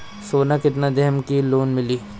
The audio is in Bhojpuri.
सोना कितना देहम की लोन मिली?